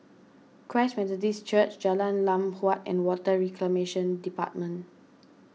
Christ Methodist Church Jalan Lam Huat and Water Reclamation Department